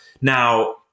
Now